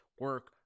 Work